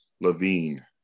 Levine